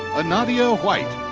anadia white.